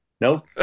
Nope